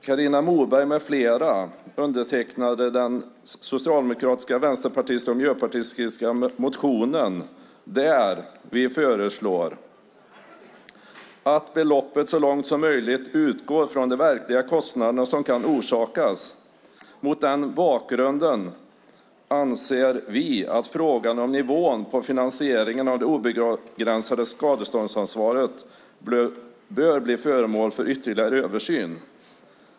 Carina Moberg med flera undertecknade Socialdemokraternas, Vänsterpartiets och Miljöpartiets motion där vi föreslår att beloppet så långt som möjligt ska utgå från de verkliga kostnader som kan orsakas och att vi mot denna bakgrund anser att frågan om nivån på finansieringen av det obegränsade skadeståndsansvaret bör bli föremål för ytterligare översyn.